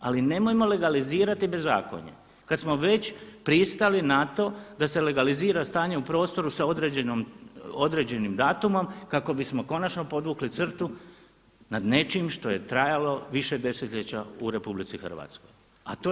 Ali nemojmo legalizirati bezakonje kad smo već pristali na to da se legalizira stanje u prostoru s određenim datumom kako bismo konačno podvukli crtu nad nečim što je trajalo više desetljeća u Republici Hrvatskoj.